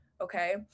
Okay